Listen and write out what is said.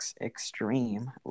extreme